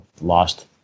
Lost